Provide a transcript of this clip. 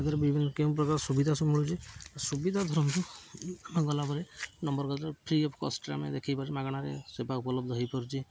ଏଥିରେ ବିଭିନ୍ନ କେଉଁ ପ୍ରକାର ସୁବିଧା ସବୁ ମିଳୁଛି ସୁବିଧା ଧରନ୍ତୁ ଆମେ ଗଲାପରେ ନମ୍ବର ପାଖରେ ଫ୍ରି ଅଫ୍ କଷ୍ଟରେ ଆମେ ଦେଖେଇ ପାରୁଛେ ମାଗଣାରେ ସେବା ଉପଲବ୍ଧ ହୋଇପାରୁଛି